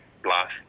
Plus